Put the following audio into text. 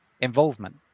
involvement